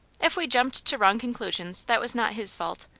if we jumped to wrong conclusions that was not his fault.